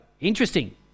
interesting